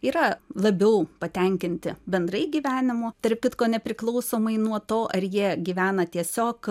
yra labiau patenkinti bendrai gyvenimu tarp kitko nepriklausomai nuo to ar jie gyvena tiesiog